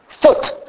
foot